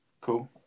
Cool